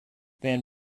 van